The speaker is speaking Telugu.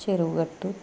చెరువుగట్టు